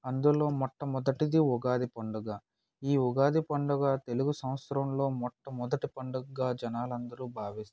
అందులో మొట్టమొదటిది ఉగాది పండుగ ఈ ఉగాది పండుగ తెలుగు సంవత్సరంలో మొట్టమొదటి పండుగగా జనాలందరూ భావిస్తారు